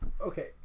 Okay